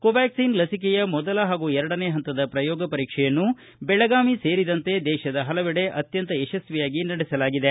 Covaxin ಲಿಸಿಕೆಯ ಮೊದಲ ಹಾಗೂ ಎರಡನೇ ಹಂತದ ಪ್ರಯೋಗ ಪರೀಕ್ಷೆಯನ್ನು ಬೆಳಗಾವಿ ಸೇರಿದಂತೆ ದೇತದ ಹಲವೆಡೆ ಅತ್ಯಂತ ಯಶಸ್ವಿಯಾಗಿ ನಡೆಸಲಾಗಿದೆ